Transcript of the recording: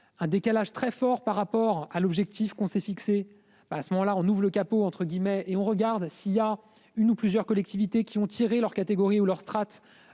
Un décalage très fort par rapport à l'objectif qu'on s'est fixé. À ce moment-là on ouvre le capot entre guillemets et on regarde s'il y a une ou plusieurs collectivités qui ont tiré leur catégorie ou leur strates